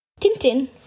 Tintin